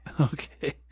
Okay